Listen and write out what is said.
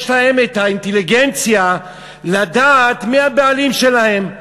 יש להם את האינטליגנציה לדעת מי הבעלים שלהם.